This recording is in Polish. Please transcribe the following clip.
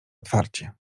otwarcie